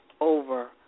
over